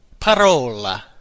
parola